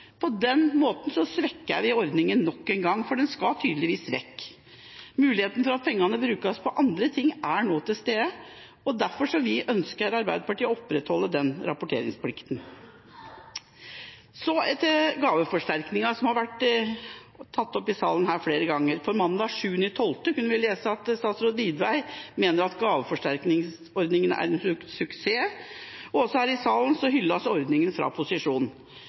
På den måten svekker man ordninga nok en gang, for den skal tydeligvis vekk. Muligheten for at pengene brukes på andre ting, er nå til stede, og derfor ønsker Arbeiderpartiet å opprettholde rapporteringsplikten. Så til gaveforsterkningsordninga, som har vært tatt opp i salen her flere ganger: Mandag 7. desember kunne vi lese at statsråd Widvey mener at gaveforsterkningsordninga er en suksess, og også her i salen hylles ordninga fra